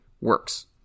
works